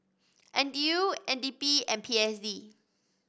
N T U N D P and P S D